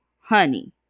honey